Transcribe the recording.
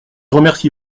remercie